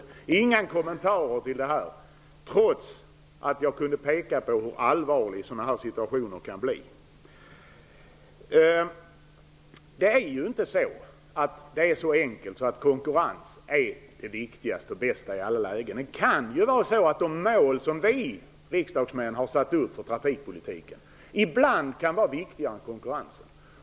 Jag fick inga kommentarer, trots att jag kunde peka på hur allvarliga sådana här situationer kan bli. Det är inte så enkelt som att konkurrens är det viktigaste och bästa i alla lägen. Det kan vara så att de politiska mål som vi riksdagsmän har satt upp för trafikpolitiken ibland kan vara viktigare än konkurrensen.